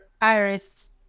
iris